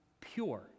pure